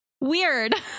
Weird